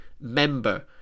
member